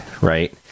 right